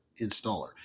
installer